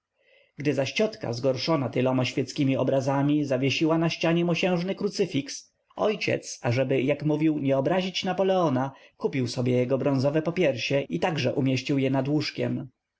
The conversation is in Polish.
gdy zaś ciotka zgorszona tyloma świeckiemi obrazami zawiesiła na ścianie mosiężny krucyfiks ojciec ażeby jak mówił nie obrazić napoleona kupił sobie jego bronzowe popiersie i także umieścił je nad łóżkiem